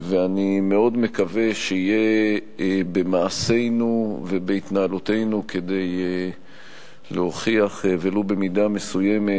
אני מאוד מקווה שיהיה במעשינו ובהתנהלותנו כדי להוכיח ולו במידה מסוימת